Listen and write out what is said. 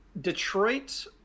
detroit